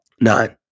nine